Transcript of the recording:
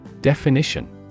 Definition